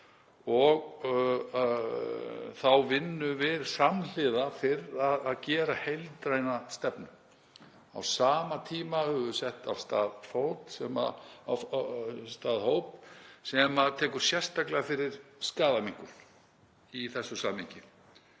og þá vinnu samhliða að gera heildræna stefnu. Á sama tíma höfum við sett af stað hóp sem tekur sérstaklega fyrir skaðaminnkun í þessu samhengi